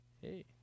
Hey